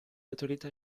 autorità